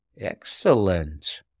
Excellent